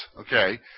okay